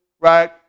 right